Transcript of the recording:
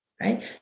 right